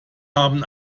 haben